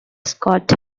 scott